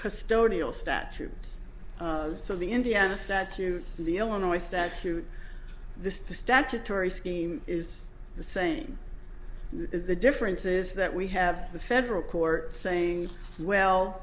custodial statutes so the indiana statute the illinois statute this statutory scheme is the same the difference is that we have the federal court saying